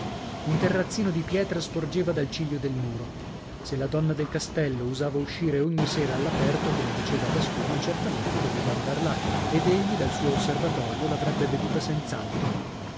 un terrazzino di pietra sporgeva dal ciglio del muro se la donna del castello usava uscire ogni sera all'aperto come diceva pasquino certamente doveva andar là ed egli dal suo osservatorio l'avrebbe veduta senz'altro